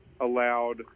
allowed